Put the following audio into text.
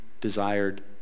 desired